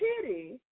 pity